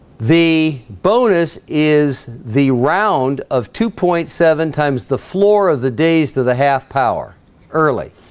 the bonus is the round of two point seven times the floor of the dais to the half power early